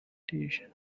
bandage